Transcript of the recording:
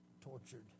tortured